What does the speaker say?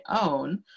own